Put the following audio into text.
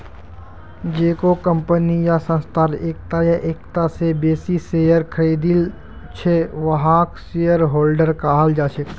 जेको भी कम्पनी या संस्थार एकता या एकता स बेसी शेयर खरीदिल छ वहाक शेयरहोल्डर कहाल जा छेक